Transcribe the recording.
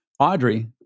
Audrey